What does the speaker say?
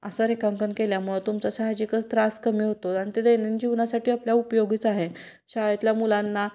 असं रेखांकन केल्यामुळं तुमचा साहजिकच त्रास कमी होतो आणि ते दैनन जीवनासाठी आपल्या उपयोगीच आहे शाळेतल्या मुलांना